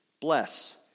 Bless